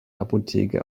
apotheke